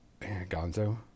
Gonzo